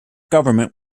government